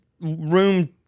room